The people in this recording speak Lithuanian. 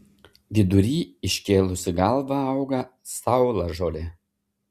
vidury iškėlusi galvą auga saulažolė